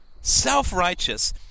self-righteous